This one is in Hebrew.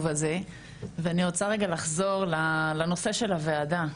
הזה ואני רוצה רגע לחזור לנושא של הוועדה,